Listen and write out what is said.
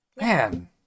man